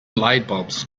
lightbulbs